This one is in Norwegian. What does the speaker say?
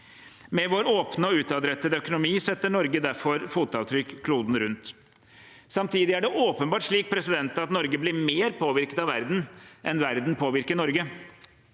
Med vår åpne og utadrettede økonomi setter Norge derfor fotavtrykk kloden rundt. Samtidig er det åpenbart slik at Norge blir mer påvirket av verden enn verden blir påvirket av Norge.